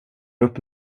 upp